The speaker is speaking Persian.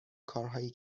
کارهایی